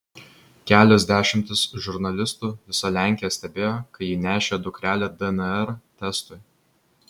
kelios dešimtys žurnalistų visa lenkija stebėjo kai ji nešė dukrelę dnr testui